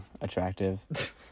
attractive